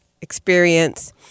experience